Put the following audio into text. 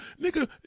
nigga